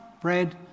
bread